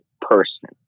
person